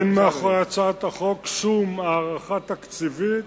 שאין מאחורי הצעת החוק שום הערכה תקציבית